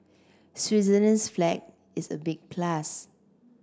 Switzerland's flag is a big plus